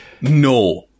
No